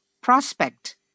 prospect